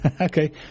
Okay